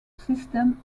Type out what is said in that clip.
system